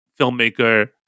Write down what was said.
filmmaker